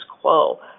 quo